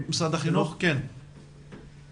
באופן כללי משרד החינוך מוביל תוכנית חומש של בטיחות ילדים.